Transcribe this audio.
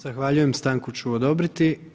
Zahvaljujem, stanku ću odobriti.